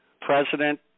president